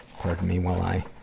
pardon me while i,